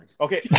Okay